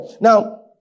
Now